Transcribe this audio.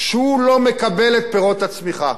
שהוא לא מקבל את פירות הצמיחה.